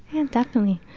and definitely.